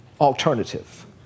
alternative